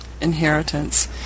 Inheritance